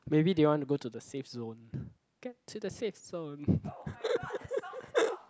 maybe they want to go to the safe zone get to the safe zone